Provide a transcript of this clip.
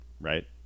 right